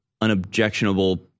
unobjectionable